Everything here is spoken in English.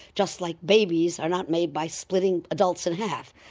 just like babies are not made by splitting adults in half.